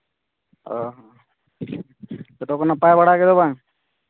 ᱚ ᱦᱚᱸ ᱡᱚᱛᱚ ᱠᱚ ᱱᱟᱯᱟᱭ ᱵᱟᱲᱟ ᱜᱮᱭᱟ ᱵᱟᱝ